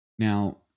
Now